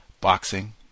boxing